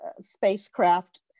spacecraft